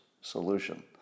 solution